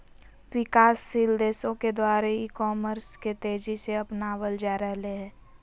विकासशील देशों के द्वारा ई कॉमर्स के तेज़ी से अपनावल जा रहले हें